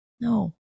No